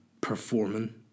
performing